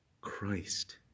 Christ